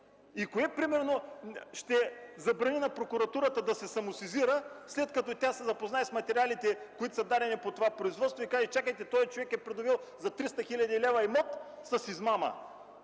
И кое, примерно, ще забрани на Прокуратурата да се самосезира, след като тя се запознае с материалите, които са дадени по това производство, и каже: „Чакайте, този човек е придобил за 300 хил. лв. имот с измама,